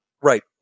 right